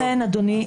שלכם.